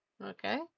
okay